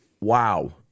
wow